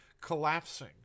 collapsing